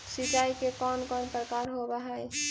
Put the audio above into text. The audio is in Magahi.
सिंचाई के कौन कौन प्रकार होव हइ?